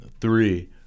three